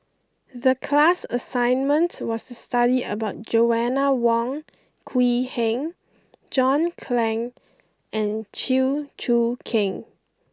the class assignment was to study about Joanna Wong Quee Heng John Clang and Chew Choo Keng